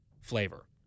flavor